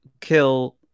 kill